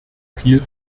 viel